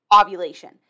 ovulation